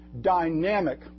dynamic